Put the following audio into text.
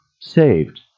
saved